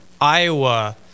Iowa